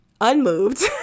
unmoved